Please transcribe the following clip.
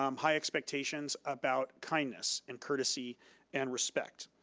um high expectations about kindness and courtesy and respect.